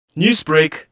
Newsbreak